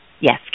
Yes